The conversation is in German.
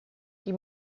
die